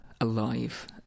alive